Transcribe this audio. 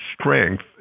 strength